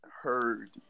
Heard